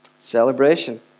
Celebration